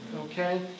okay